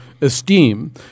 esteem